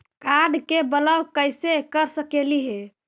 Card के block कैसे कर सकली हे?